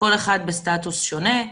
כל אחד בסטטוס שונה.